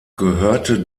gehörte